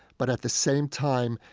but at the same time,